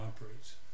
operates